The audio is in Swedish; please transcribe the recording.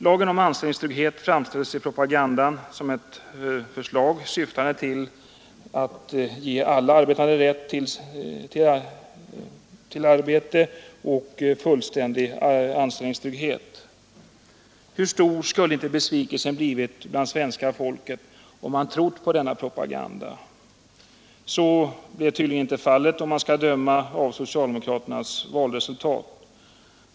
Lagen om anställningstrygghet framställdes i propagandan som ett förslag syftande till att ge alla arbetande rätt till arbete och fullständig anställningstrygghet. Hur stor skulle inte besvikelsen ha blivit bland svenska folket om man trott på denna propaganda! Så är tydligen inte fallet, om man skall döma av socialdemokraternas valresultat.